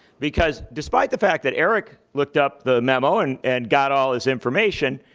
because despite the fact that eric looked up the memo and and got all his information,